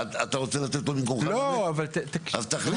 אדוני